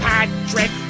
Patrick